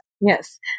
Yes